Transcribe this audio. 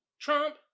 Trump